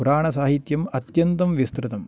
पुराणसाहित्यम् अत्यन्तं विस्तृतम्